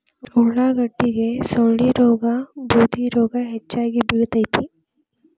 ಉಳಾಗಡ್ಡಿಗೆ ಸೊಳ್ಳಿರೋಗಾ ಬೂದಿರೋಗಾ ಹೆಚ್ಚಾಗಿ ಬಿಳತೈತಿ